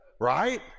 right